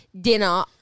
dinner